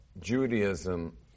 Judaism